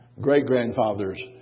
great-grandfathers